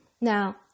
Now